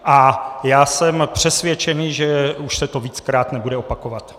A jsem přesvědčen, že už se to víckrát nebude opakovat.